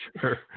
Sure